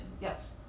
yes